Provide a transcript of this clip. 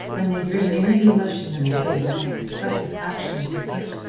when they drew near he motioned them away with an expressive action of the foot,